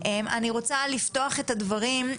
אני רוצה לפתוח את הדברים,